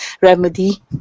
Remedy